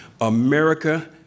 America